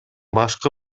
башкы